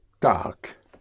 dark